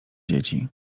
dzieci